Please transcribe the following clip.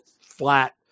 flat